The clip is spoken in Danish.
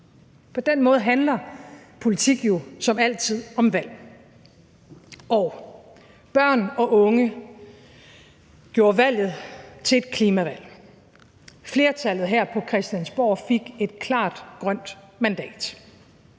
På den måde handler politik jo som altid om valg. Og børn og unge gjorde valget til et klimavalg. Flertallet her på Christiansborg fik et klart grønt mandat.